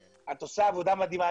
את עושה עבודה מדהימה.